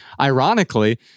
ironically